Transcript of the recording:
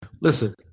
Listen